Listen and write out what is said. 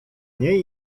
niej